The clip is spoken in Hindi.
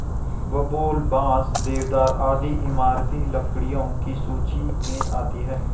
बबूल, बांस, देवदार आदि इमारती लकड़ियों की सूची मे आती है